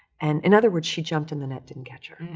and, in other words, she jumped and the net didn't catch her.